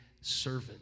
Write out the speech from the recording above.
servant